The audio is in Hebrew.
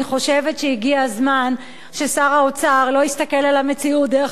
אני חושבת שהגיע הזמן ששר האוצר לא יסתכל על המציאות דרך